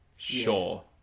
Sure